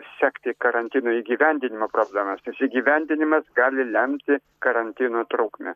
sekti karantino įgyvendinimo problemas tas įgyvendinimas gali lemti karantino trukmę